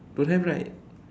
don't have right